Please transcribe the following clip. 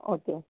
okay